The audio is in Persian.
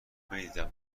میدیدم